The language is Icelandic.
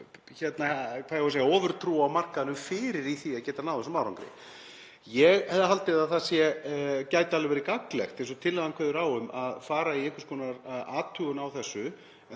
þar sem við höfum ofurtrú á markaðnum fyrir í því að hann geti náð þessum árangri. Ég hefði haldið að það gæti alveg verið gagnlegt eins og tillagan kveður á um að fara í einhvers konar athugun á þessu